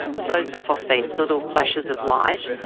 so the phosphines, the little flashes of light,